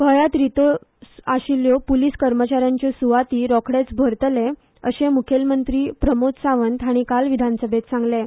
गोंयांत रित्यो आशिल्ल्यो पूलीस कर्मचा यांच्यो सुवातो रोखडेच भरतले अशें मुखेलमंत्री प्रमोद सावंत हांणी काल विधानसभेंत सांगलें